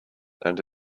and